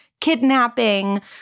kidnapping